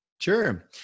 Sure